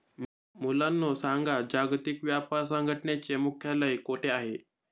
मुलांनो सांगा, जागतिक व्यापार संघटनेचे मुख्यालय कोठे आहे